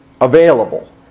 available